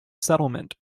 settlement